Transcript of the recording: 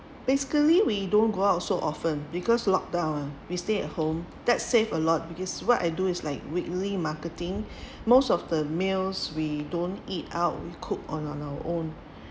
basically we don't go out so often because locked down ah we stay at home that save a lot because what I do is like weekly marketing most of the meals we don't eat out we cook on our own